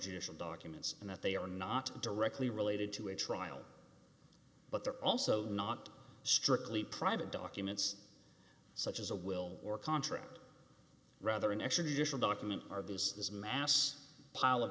judicial documents and that they are not directly related to a trial but they're also not strictly private documents such as a will or contract rather an extradition document are these this mass pil